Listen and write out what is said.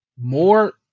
more